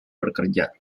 bekerja